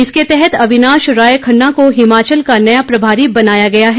इसके तहत अविनाश राय खन्ना को हिमाचल का नया प्रभारी बनाया गया है